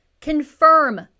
confirm